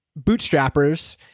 bootstrappers